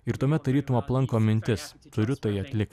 ir tuomet tarytum aplanko mintis turiu tai atlikti